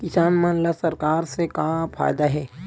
किसान मन ला सरकार से का फ़ायदा हे?